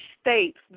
states